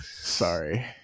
Sorry